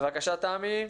בבקשה, תמי.